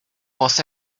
was